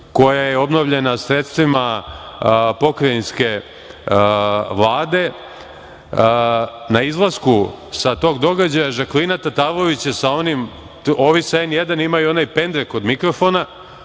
koja je obnovljena sredstvima Pokrajinske vlade, na izlasku sa tog događaja, Žaklina Tatalović sa onim, a ovi sa N1 imaju onaj pendrek od mikrofona,